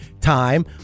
time